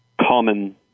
common